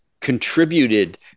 contributed